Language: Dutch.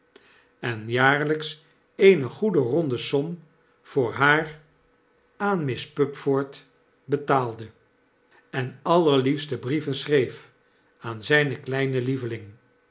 en jaarlijks eene goede ronde som voor haar aan miss pupford betaalde en allerliefste brieven schreef aan zpe kleine lieveling